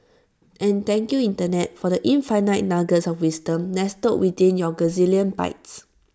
and thank you Internet for the infinite nuggets of wisdom nestled within your gazillion bytes